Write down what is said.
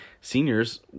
seniors